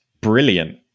brilliant